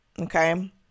Okay